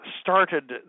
started